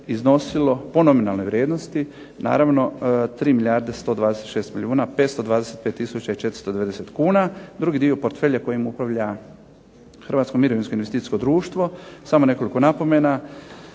iznosilo, po nominalnoj vrijednosti naravno 3 milijarde 126 milijuna 525 tisuća i 490 kuna, drugi dio portfelja kojim upravlja Hrvatsko mirovinsko investicijsko društvo, samo nekoliko napomena